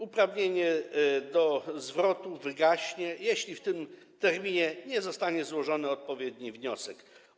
Uprawnienie do zwrotu wygaśnie, jeśli w tym terminie nie zostanie złożony odpowiedni wniosek.